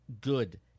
good